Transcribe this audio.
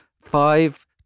five